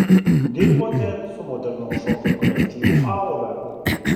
dirbote su modernaus šokio kolektyvu aura